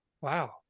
Wow